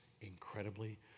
incredibly